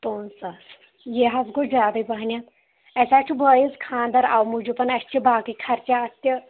پانژھ ساس یہِ حظ گوٚو زیادَے پَہمتھ اَسہِ حظ چھُ بایِس خانٛدر اَوٕ موٗجوٗب اسہِ چھِ باقٕے خرچات تہِ